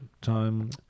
time